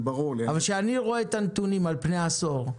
אבל כשאני רואה את הנתונים על פני עשור,